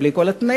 בלי כל התנאים,